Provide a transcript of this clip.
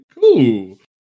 Cool